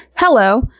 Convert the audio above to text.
hello,